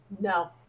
No